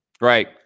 Right